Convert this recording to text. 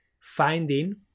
finding